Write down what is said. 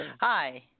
Hi